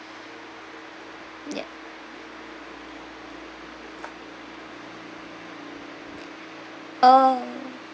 ya uh